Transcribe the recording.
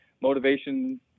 motivation